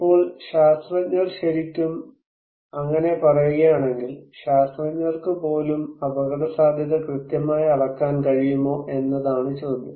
ഇപ്പോൾ ശാസ്ത്രജ്ഞർ ശരിക്കും അങ്ങനെ പറയുകയാണെങ്കിൽ ശാസ്ത്രജ്ഞർക്ക് പോലും അപകടസാധ്യത കൃത്യമായി അളക്കാൻ കഴിയുമോ എന്നതാണ് ചോദ്യം